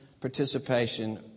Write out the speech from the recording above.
participation